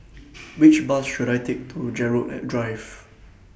Which Bus should I Take to Gerald Drive